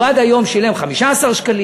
עד היום הוא שילם 15 שקלים,